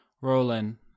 Roland